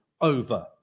over